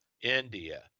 India